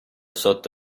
sotto